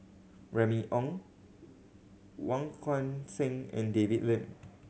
Remy Ong Wong Kan Seng and David Lim